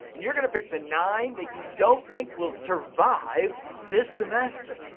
and you're gonna pick the nine that you don't think will survive this semester.